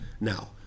Now